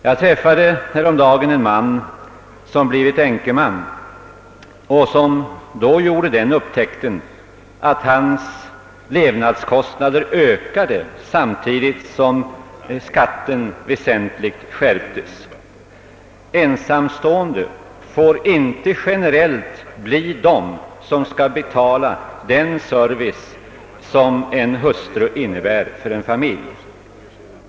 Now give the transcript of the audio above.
Jag träffade häromdagen en man, som blivit änkling och som då gjorde den upptäckten att hans levnadskostnader steg samtidigt som skatten väsentligt skärptes. Ensamstående får inte generellt bli de som skall betala den service som en hustru ger i en familj.